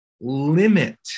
limit